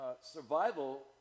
survival